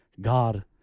God